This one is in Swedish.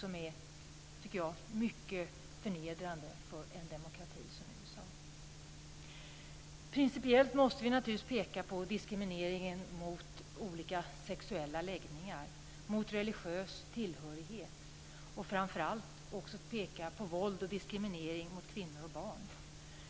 Det är, tycker jag, mycket förnedrande för en demokrati som Principiellt måste vi naturligtvis peka på diskrimineringen vad gäller sexuell läggning och religiös tillhörighet. Vi måste framför allt också peka på våld mot och diskriminering av kvinnor och barn.